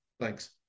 Thanks